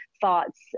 thoughts